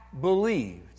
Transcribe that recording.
believed